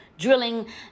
drilling